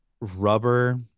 rubber